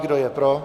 Kdo je pro?